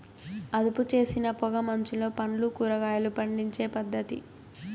అదుపుచేసిన పొగ మంచులో పండ్లు, కూరగాయలు పండించే పద్ధతి